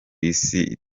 isi